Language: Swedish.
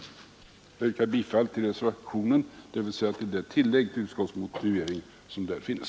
Jag yrkar bifall till reservationen, dvs. till det tillägg till utskottets motivering som där finns.